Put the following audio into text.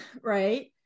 right